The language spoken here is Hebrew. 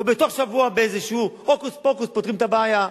או בתוך שבוע, באיזה הוקוס-פוקוס פותרים את הבעיה.